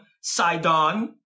Sidon